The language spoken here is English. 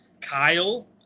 kyle